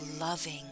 loving